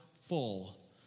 full